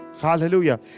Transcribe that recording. hallelujah